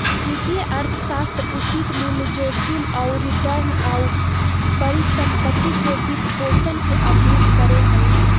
वित्तीय अर्थशास्त्र उचित मूल्य, जोखिम आऊ रिटर्न, आऊ परिसम्पत्ति के वित्तपोषण के अध्ययन करो हइ